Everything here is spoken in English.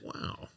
wow